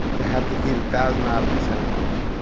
to have to eat a thousand island sandwich